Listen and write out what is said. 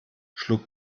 schlug